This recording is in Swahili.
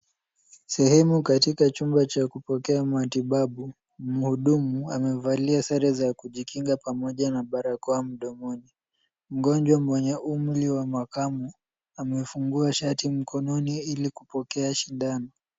Sehemu katika chumba cha kupokea matibabu, mhudumu amevalia sare za kujikinga pamoja na barakoa mdomoni. Mgonjwa mwenye umri wa makamo amefungua shati mkononi ili kupokea sindano.